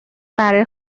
برای